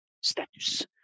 status